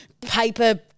paper